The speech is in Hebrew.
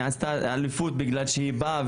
היא עשתה אליפות בגלל שהיא באה,